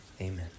Amen